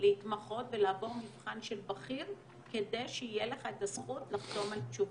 להתמחות ולעבור מבחן של בכיר כדי שתהיה לך הזכות לחתום על תשובה.